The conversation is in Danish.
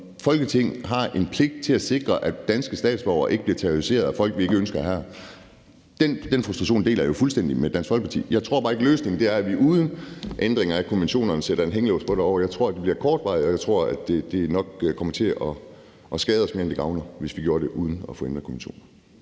Folketing har en pligt til at sikre, at danske statsborgere ikke bliver terroriseret af folk, som vi ikke ønsker at have har, deler jeg fuldstændig Dansk Folkepartis frustration. Jeg tror bare ikke, løsningen er, at vi uden ændringer af konventionerne sætter en hængelås på derovre. Jeg tror, det bliver kortvarigt, og jeg tror, det nok ville skade os mere, end det ville gavne os, hvis vi gjorde det uden at få ændret konventionen.